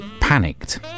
panicked